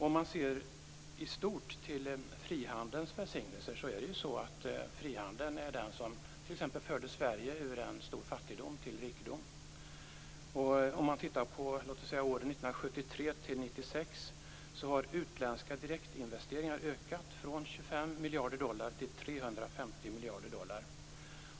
Om man ser i stort till frihandelns välsignelser ser man att det är frihandeln som förde Sverige ur en stor fattigdom till rikedom. Tittar man på t.ex. åren 1973 1996 ser man att utländska direktinvesteringar ökat från 25 miljarder dollar till 350 miljarder dollar.